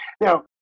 Now